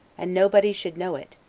and nobody should know it,